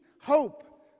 hope